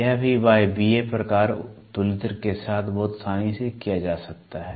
यह भी वायवीय प्रकार तुलनित्र के साथ बहुत आसानी से किया जा सकता है